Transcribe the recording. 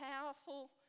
powerful